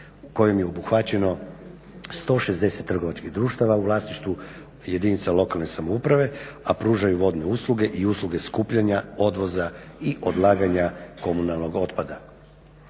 kojim je obuhvaćeno 160 trgovačkih društava u vlasništvu jedinica lokalne samouprave, a pružaju vodne usluge i usluge skupljanja odvoza i odlaganja komunalnog otpada.